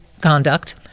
conduct